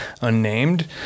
unnamed